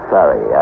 Sorry